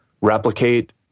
replicate